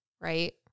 Right